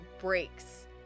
breaks